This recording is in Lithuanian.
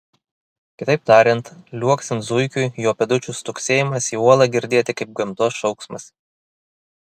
kitaip tariant liuoksint zuikiui jo pėdučių stuksėjimas į uolą girdėti kaip gamtos šauksmas